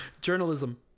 Journalism